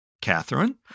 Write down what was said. Catherine